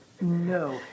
No